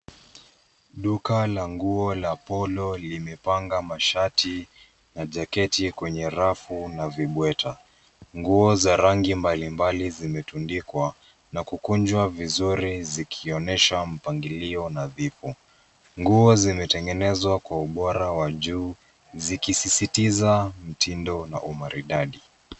Duka la nguo la polo limepanga mashati na jacketi kwenye rafu na vibweta. Nguo za rangi mbali mbali zimetundikwa, na kukunjwa vizuri zikionyesha mpangilio nadhifu. Nguo zimetengenezwa kwa ubora wa juu, zikisisitiza mtindo na umaridadi.